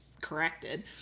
corrected